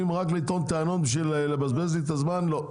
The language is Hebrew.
אם רק טענות בשביל לבזבז לי את הזמן אז לא.